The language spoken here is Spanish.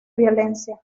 violencia